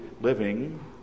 living